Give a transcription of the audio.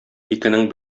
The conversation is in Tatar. икенең